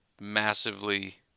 massively